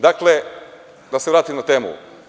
Dakle, da se vratim na temu.